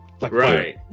right